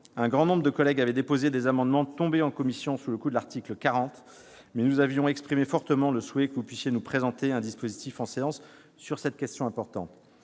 été nombreux à déposer des amendements, tombés en commission sous le coup de l'article 40. Nous avions exprimé fortement le souhait que vous puissiez nous présenter un dispositif en séance sur cette question importante.